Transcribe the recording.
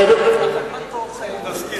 נכון.